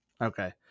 okay